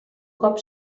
cop